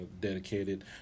dedicated